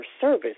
service